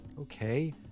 okay